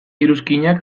iruzkinak